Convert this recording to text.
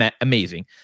amazing